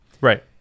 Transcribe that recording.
Right